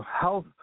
health